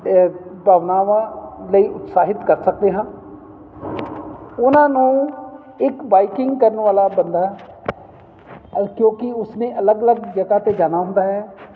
ਭਾਵਨਾਵਾਂ ਲਈ ਉਤਸਾਹਿਤ ਕਰ ਸਕਦੇ ਹਾਂ ਉਹਨਾਂ ਨੂੰ ਇੱਕ ਬਾਈਕਿੰਗ ਕਰਨ ਵਾਲਾ ਬੰਦਾ ਅ ਕਿਉਂਕਿ ਉਸਨੇ ਅਲੱਗ ਅਲੱਗ ਜਗ੍ਹਾ 'ਤੇ ਜਾਣਾ ਹੁੰਦਾ ਹੈ